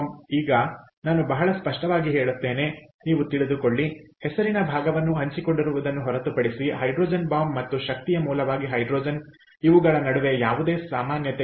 ಈಗ ನಾನು ಬಹಳ ಸ್ಪಷ್ಟವಾಗಿ ಹೇಳುತ್ತೇನೆ ನೀವು ತಿಳಿದುಕೊಳ್ಳಿ ಹೆಸರಿನ ಭಾಗವನ್ನು ಹಂಚಿಕೊಂಡಿರುವುದನ್ನು ಹೊರತುಪಡಿಸಿ ಹೈಡ್ರೋಜನ್ ಬಾಂಬ್ ಮತ್ತು ಶಕ್ತಿಯ ಮೂಲವಾಗಿ ಹೈಡ್ರೋಜನ್ ಇವುಗಳ ನಡುವೆ ಯಾವುದೇ ಸಾಮಾನ್ಯತೆ ಇಲ್ಲ